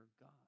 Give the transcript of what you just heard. God